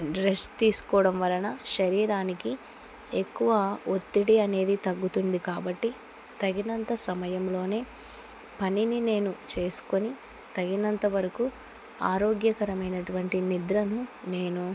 dress తీసుకోవడం వలన శరీరానికి ఎక్కువ ఒత్తిడి అనేది తగ్గుతుంది కాబట్టి తగినంత సమయంలోనే పనిని నేను చేసుకొని తగినంత వరకు ఆరోగ్యకరమైనటువంటి నిద్రను నేను